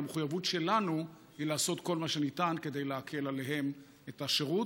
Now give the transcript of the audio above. והמחויבות שלנו היא לעשות כל מה שניתן להקל עליהם את השירות,